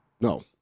No